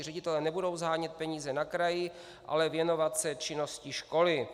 Ředitelé nebudou shánět peníze na kraji, ale věnovat se činnosti školy.